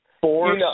four